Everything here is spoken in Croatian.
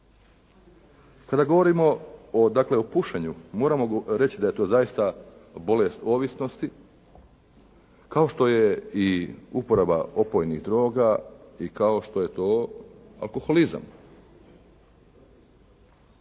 Kada govorimo dakle o pušenju, moramo reći da je to zaista bolest ovisnosti kao što je i uporaba opojnih droga i kao što je to alkoholizam.